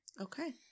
Okay